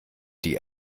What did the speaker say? die